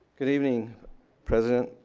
good evening president,